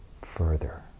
further